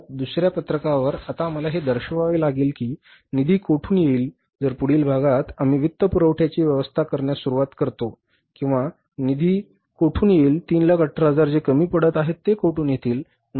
खालच्या भागात दुसर्या पत्रकावर आता आम्हाला हे दर्शवावे लागेल की निधी कोठून येईल तर पुढील भागात आम्ही वित्तपुरवठ्याची व्यवस्था करण्यास सुरुवात करतो निधी कोठून येईल 318000 जे कमी पडत आहेत ते कोठून येतील